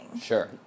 Sure